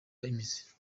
imizi